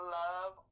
love